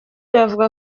bavuga